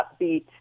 upbeat